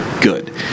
good